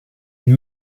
une